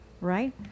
Right